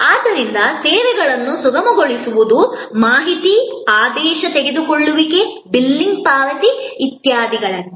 ಆದ್ದರಿಂದ ಸೇವೆಗಳನ್ನು ಸುಗಮಗೊಳಿಸುವುದು ಮಾಹಿತಿ ಆದೇಶ ತೆಗೆದುಕೊಳ್ಳುವಿಕೆ ಬಿಲ್ಲಿಂಗ್ ಪಾವತಿ ಇತ್ಯಾದಿಗಳಂತೆ